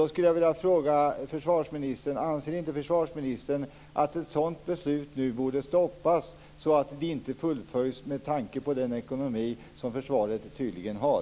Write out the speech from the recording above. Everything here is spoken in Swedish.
Då skulle jag vilja fråga försvarsministern: Anser inte försvarsministern att ett sådant beslut nu borde stoppas och inte fullföljas med tanke på den ekonomi som försvaret har?